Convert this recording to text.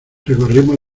recorrimos